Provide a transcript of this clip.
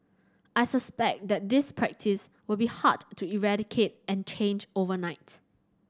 I suspect that this practice will be hard to eradicate and change overnight